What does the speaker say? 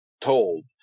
told